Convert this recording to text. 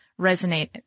resonate